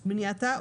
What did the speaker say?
מניעתה,